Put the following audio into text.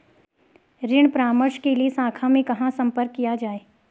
ऋण परामर्श के लिए शाखा में कहाँ संपर्क किया जाए?